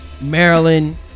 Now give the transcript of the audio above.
maryland